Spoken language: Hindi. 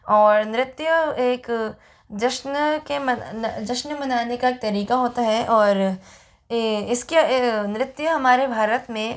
और नृत्य एक जश्न के मना जश्न मनाने का एक तरीका होता है और ये इसके ये नृत्य हमारे भारत में